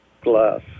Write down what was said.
glass